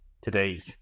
today